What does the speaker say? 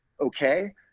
okay